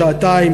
שעתיים,